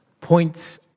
points